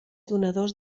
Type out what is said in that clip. donadors